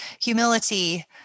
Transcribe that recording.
humility